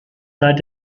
seit